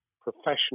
professional